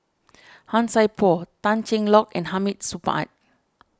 Han Sai Por Tan Cheng Lock and Hamid Supaat